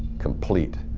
complete,